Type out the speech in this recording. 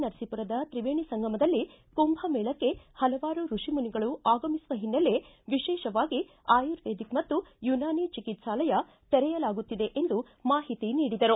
ನರಸೀಪುರದ ತ್ರಿವೇಣಿ ಸಂಗಮದಲ್ಲಿ ಕುಂಭಮೇಳಕ್ಕೆ ಹಲವಾರು ಋಷಿ ಮುನಿಗಳು ಆಗಮಿಸುವ ಹಿನ್ನೆಲೆ ವಿಶೇಷವಾಗಿ ಆಯುರ್ವೇದಿಕ್ ಮತ್ತು ಯುನಾನಿ ಚಿಕಿತ್ಸಾಲಯ ತೆರೆಯಲಾಗುತ್ತಿದೆ ಎಂದು ಮಾಹಿತಿ ನೀಡಿದರು